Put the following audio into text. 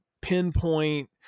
pinpoint